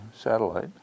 satellite